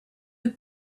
have